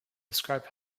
describe